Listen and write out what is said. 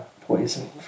poison